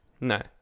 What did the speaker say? No